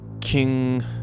King